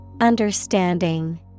Understanding